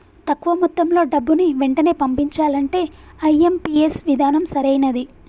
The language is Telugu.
తక్కువ మొత్తంలో డబ్బుని వెంటనే పంపించాలంటే ఐ.ఎం.పీ.ఎస్ విధానం సరైనది